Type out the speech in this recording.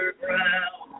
ground